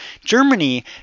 Germany